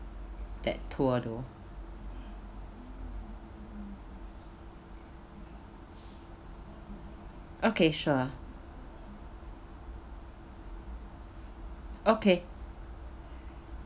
that tour though okay sure okay